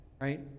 right